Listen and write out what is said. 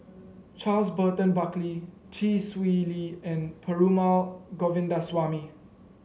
Charles Burton Buckley Chee Swee Lee and Perumal Govindaswamy